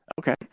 Okay